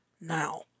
now